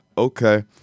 Okay